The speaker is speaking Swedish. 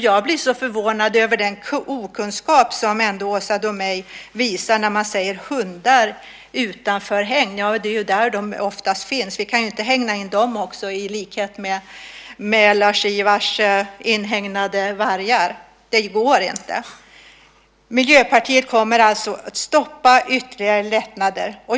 Jag blir förvånad över den okunskap som Åsa Domeij visar när hon säger "hundar utanför hägn". Det är ju där de oftast finns. Vi kan ju inte hägna in dem också i likhet med Lars-Ivars inhägnade vargar. Det går inte. Miljöpartiet kommer alltså att stoppa ytterligare lättnader.